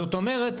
זאת אומרת,